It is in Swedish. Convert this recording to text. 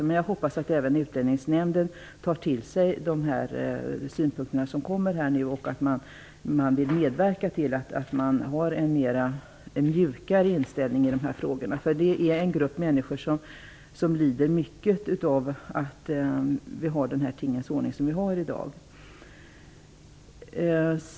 Men jag hoppas att även Utlänningsnämnden tar till sig de synpunkter som kommer fram och vill medverka till en mjukare inställning i de här frågorna. De rör en grupp människor som lider mycket av att vi har den tingens ordning som vi har i dag.